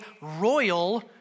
royal